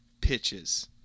pitches